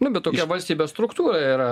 nu bet tokia valstybės struktūra yra